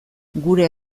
gure